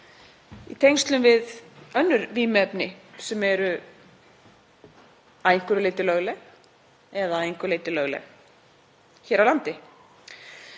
í tengslum við önnur vímuefni sem eru að einhverju leyti lögleg eða að einhverju leyti ólögleg hér á landi.